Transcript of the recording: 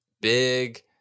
big